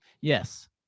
Yes